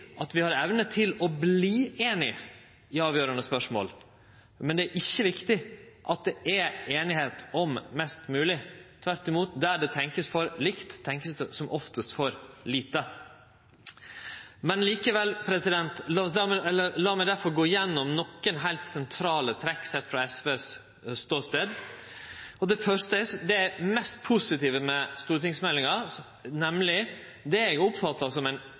at vi har evne til å verte einige i avgjerande spørsmål. Men det er ikkje viktig at det er einigheit om mest mogleg – tvert imot: Der det vert tenkt for likt, vert det ofte tenkt for lite. La meg difor gå igjennom nokre heilt sentrale trekk sett frå SVs ståstad. Det mest positive med stortingsmeldinga er det eg eigentleg oppfattar som